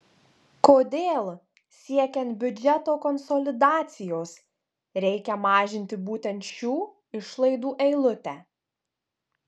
kodėl siekiant biudžeto konsolidacijos reikia mažinti būtent šių išlaidų eilutę